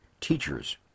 teachers